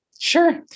Sure